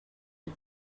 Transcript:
die